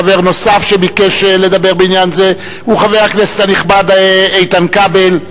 חבר נוסף שביקש לדבר בעניין זה הוא חבר הכנסת הנכבד איתן כבל.